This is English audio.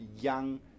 young